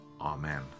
Amen